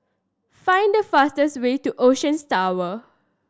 find the fastest way to Oceans Tower